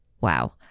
Wow